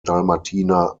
dalmatiner